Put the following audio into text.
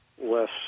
less